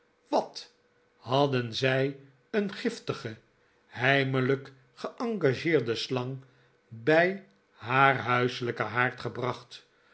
wat hadden zij een giftige heimelijk geengageerde slang bij haar huiselijken haard gebracht